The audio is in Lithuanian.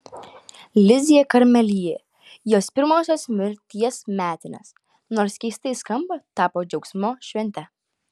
lizjė karmelyje jos pirmosios mirties metinės nors keistai skamba tapo džiaugsmo švente